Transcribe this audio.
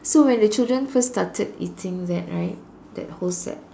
so when the children first started eating that right that whole set